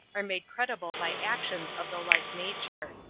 are made credible by actions of the like nature.